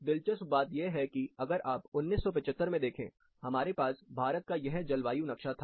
दिलचस्प बात यह है कि अगर आप 1975 में देखें हमारे पास भारत का यह जलवायु नक्शा था